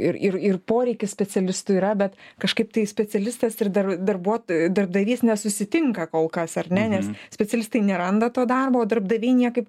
ir ir poreikis specialistų yra bet kažkaip tai specialistas ir dar darbuotoj darbdavys nesusitinka kol kas ar ne nes specialistai neranda to darboo darbdaviai niekaip